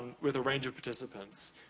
with a range of participants.